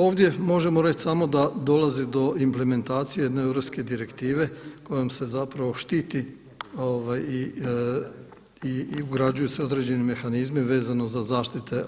Ovdje možemo reći samo da dolazi do implementacije jedne europske direktive kojom se zapravo štiti i ugrađuju se određeni mehanizmi vezano za zaštite